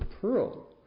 pearl